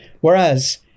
Whereas